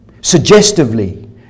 suggestively